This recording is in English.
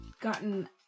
gotten